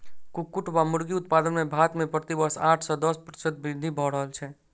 कुक्कुट वा मुर्गी उत्पादन मे भारत मे प्रति वर्ष आठ सॅ दस प्रतिशत वृद्धि भ रहल छै